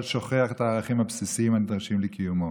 שוכח את הערכים הבסיסים הנדרשים לקיומו.